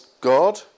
God